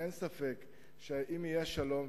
אין ספק שאם יהיה שלום,